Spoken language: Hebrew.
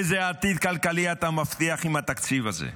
איזה עתיד כלכלי אתה מבטיח עם התקציב הזה?